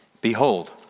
Behold